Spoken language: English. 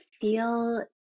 feel